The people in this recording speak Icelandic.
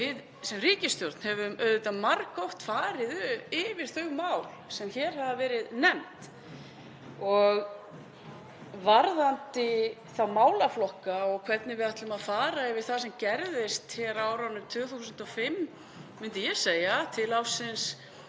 Við sem ríkisstjórn höfum auðvitað margoft farið yfir þau mál sem hér hafa verið nefnd og varðandi þá málaflokka og hvernig við ætlum að fara yfir það sem gerðist hér á árunum 2005, myndi ég segja, til ársins